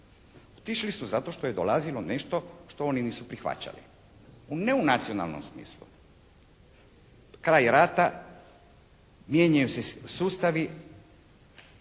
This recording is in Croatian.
Otišli su zato što je dolazilo nešto što oni prihvaćali. Ne u nacionalnom smislu. Kraj rata, mijenjaju se sustavi,